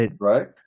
right